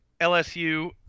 LSU